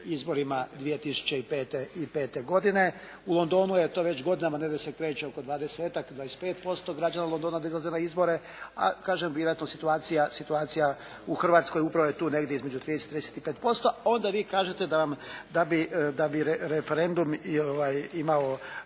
izborima 2005. godine. U Londonu je to već godinama negdje se kreće oko dvadesetak, 25% građana Londona da izlaze na izbore. A kažem, vjerojatno situacija u Hrvatskoj upravo je tu negdje između 30 i 35%. Onda vi kažete da bi referendum imao,